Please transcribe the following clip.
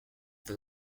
the